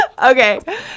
Okay